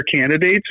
candidates